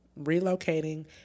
relocating